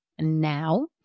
now